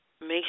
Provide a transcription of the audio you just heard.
Make